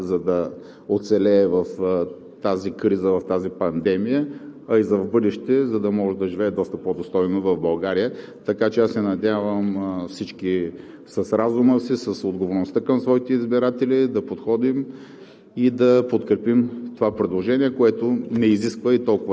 на голяма част от българския народ не само сега, за да оцелее в тази криза, в тази пандемия, а и за в бъдеще, за да могат да живеят доста по-достойно в България. Така че аз се надявам всички с разума си, с отговорността към своите избиратели да подходим